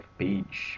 page